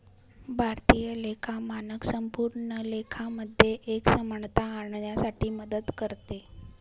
भारतीय लेखा मानक संपूर्ण लेखा मध्ये एक समानता आणण्यासाठी मदत करते